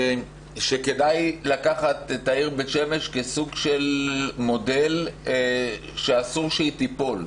שכדאי לקחת את העיר בית שמש כסוג של מודל שאסור שהיא תיפול.